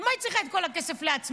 למה היא צריכה את כל הכסף לעצמה?